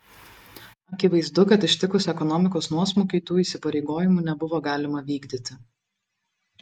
akivaizdu kad ištikus ekonomikos nuosmukiui tų įsipareigojimų nebuvo galima vykdyti